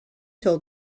told